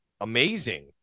amazing